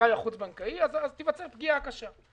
האשראי החוץ-בנקאי אז תיווצר פגיעה קשה.